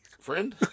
Friend